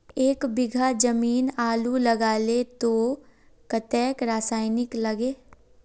एक बीघा जमीन आलू लगाले तो कतेक रासायनिक लगे?